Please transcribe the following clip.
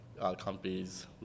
companies